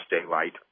daylight